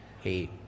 Hey